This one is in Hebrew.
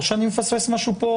או שאני מפספס משהו פה,